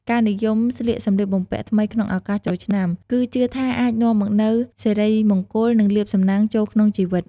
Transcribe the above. ការនិយមស្លៀកសម្លៀកបំពាក់ថ្មីក្នុងឱកាសចូលឆ្នាំ គឺជឿថាអាចនាំមកនូវសិរីមង្គល និងលាភសំណាងចូលក្នុងជីវិត។